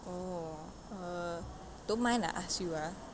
orh err don't mind I ask you ah